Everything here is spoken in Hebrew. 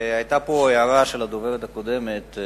היתה הערה של הדוברת הקודמת,